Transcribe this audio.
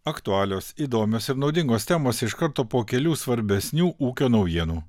aktualios įdomios ir naudingos temos iš karto po kelių svarbesnių ūkio naujienų